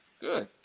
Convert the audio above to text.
Good